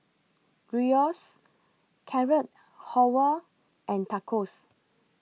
Gyros Carrot Halwa and Tacos